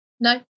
No